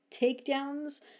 takedowns